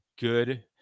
good